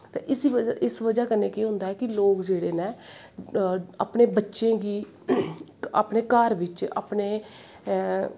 इस बज़ा कन्नै केह् होंदा ऐ कि लोग जेह्ड़े होंदे नै अपनें बच्चें गी अपने घर बिच्च